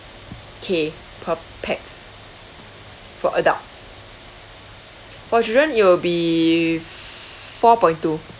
K per pax for adults for children it will be four point two